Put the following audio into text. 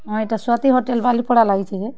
ହଁ ଇଟା ଶ୍ୱାତି ହୋଟେଲ୍ ବାଲିପଡ଼ା ଲାଗିଛେ କେଁ